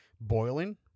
boiling